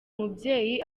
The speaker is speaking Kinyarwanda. mubyeyi